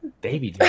Baby